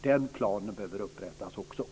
Den planen behöver också upprättas.